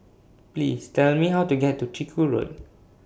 Please Tell Me How to get to Chiku Road